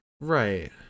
right